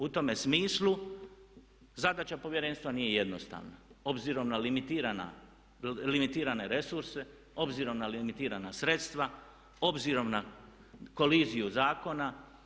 U tome smislu zadaća Povjerenstva nije jednostavna obzirom na limitirane resurse, obzirom na limitirana sredstva, obzirom na koliziju zakona.